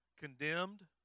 condemned